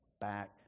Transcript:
back